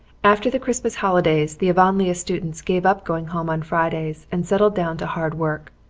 after the christmas holidays the avonlea students gave up going home on fridays and settled down to hard work.